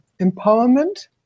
empowerment